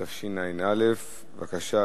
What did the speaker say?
התשע"א 2011. בבקשה,